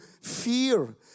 Fear